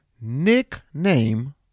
nickname